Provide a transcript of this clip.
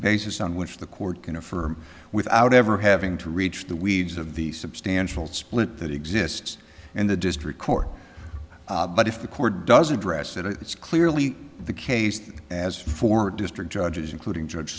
basis on which the court can affirm without ever having to reach the weeds of the substantial split that exists in the district court but if the court does address that it's clearly the case as for district judges including judge